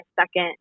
second